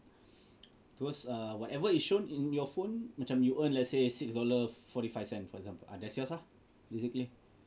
terus err whatever is shown in your phone macam you earn let's say six dollar forty five cents for example ah that's yours lah basically